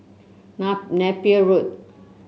Na Napier Road